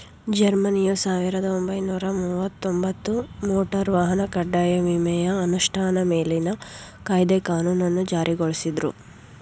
ಜರ್ಮನಿಯು ಸಾವಿರದ ಒಂಬೈನೂರ ಮುವತ್ತಒಂಬತ್ತು ಮೋಟಾರ್ ವಾಹನ ಕಡ್ಡಾಯ ವಿಮೆಯ ಅನುಷ್ಠಾ ಮೇಲಿನ ಕಾಯ್ದೆ ಕಾನೂನನ್ನ ಜಾರಿಗೊಳಿಸುದ್ರು